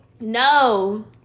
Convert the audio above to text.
No